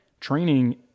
training